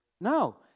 No